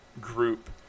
group